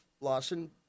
Lawson